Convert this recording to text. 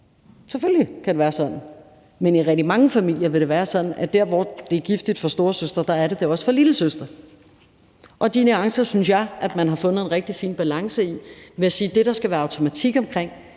selvfølgelig kan det være sådan. Men i rigtig mange familier vil det være sådan, at der, hvor det er giftigt for storesøsteren, er det det også for lillesøsteren. Og de nuancer synes jeg man har fundet en rigtig fin balance i ved at sige, at det, der skal være automatik omkring,